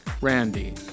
Randy